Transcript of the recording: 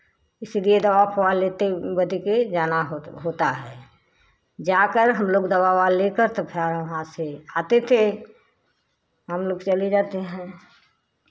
इसीलिए दवा फवा लेते बध के जाना होता है जाकर हम लोग दवा ओवा लेकर तो फिर वहाँ से आते थे हम लोग चले जाते हैं